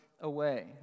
away